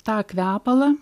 tą kvepalą